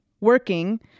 working